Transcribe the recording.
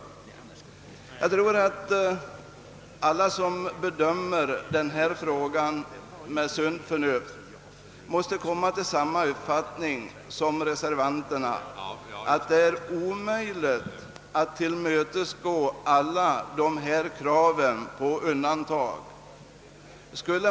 Jag tror att alla som bedömer denna fråga med sunt förnuft måste komma till samma uppfattning som reservanterna, att det är omöjligt att tillmötesgå alla dessa krav på undantag.